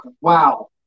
wow